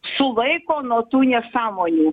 sulaiko nuo tų nesąmonių